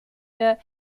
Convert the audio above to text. der